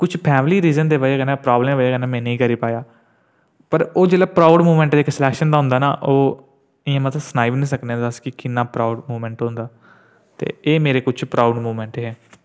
कुछ family reason दी बजह कन्नै प्राबलम दी बजह कन्नै में नेई करी पाया पर ओह् जेह्का प्राउड मूवमेंट सलेक्शन दा होंदा ऐ ओह् सनाई बी नी सकने अस के किन्ना प्राउड मूवमेंट ऐ ते एह मेरे किश प्राउड़ मूवमेंट न